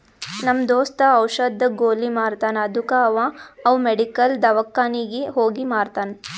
ನಮ್ ದೋಸ್ತ ಔಷದ್, ಗೊಲಿ ಮಾರ್ತಾನ್ ಅದ್ದುಕ ಅವಾ ಅವ್ ಮೆಡಿಕಲ್, ದವ್ಕಾನಿಗ್ ಹೋಗಿ ಮಾರ್ತಾನ್